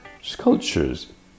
sculptures